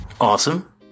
Awesome